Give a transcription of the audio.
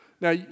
Now